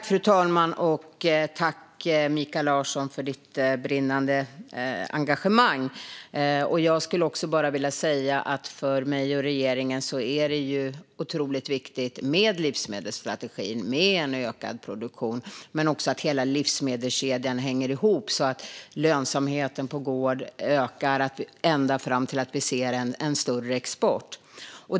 Fru talman! Tack, Mikael Larsson, för ditt brinnande engagemang! Jag skulle bara vilja säga att för mig och regeringen är det otroligt viktigt med livsmedelsstrategin och en ökad produktion men också att hela livsmedelskedjan hänger ihop så att lönsamheten på gård ökar, ända fram till att vi ser en större export.